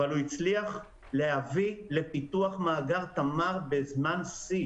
אבל הוא הצליח להביא לפיתוח מאגר תמר בזמן שיא,